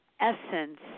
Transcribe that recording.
essence